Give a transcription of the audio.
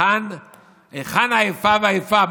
היכן האיפה והאיפה?